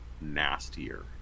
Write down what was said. nastier